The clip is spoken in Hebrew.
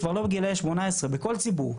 זה כבר לא גיל 18. בכל ציבור,